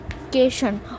education